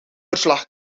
verslag